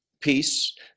peace